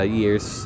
year's